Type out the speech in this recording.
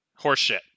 Horseshit